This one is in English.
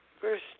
first